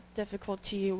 difficulty